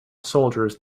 soldiers